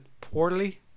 poorly